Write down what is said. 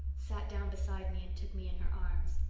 sat down beside me, and took me in her arms.